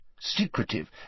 secretive